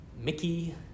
Mickey